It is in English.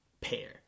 pair